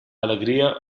alegria